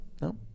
no